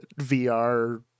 VR